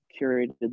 curated